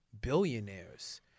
billionaires